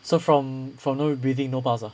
so from from no breathing no pulse ah